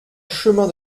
chemin